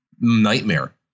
nightmare